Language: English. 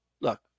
look